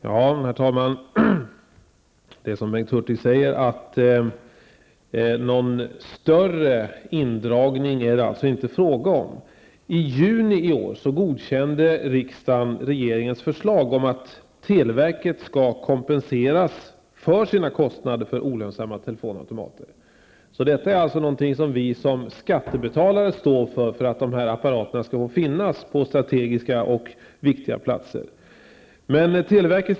Herr talman! Det är som Bengt Hurtig säger att det inte är fråga om någon större indragning. I juni i år godkände riksdagen regeringens förslag om att televerket skall kompenseras för sina kostnader för olönsamma telefonautomater. Vi såsom skattebetalare står alltså för att dessa apparater skall få finnas på strategiskt viktiga platser.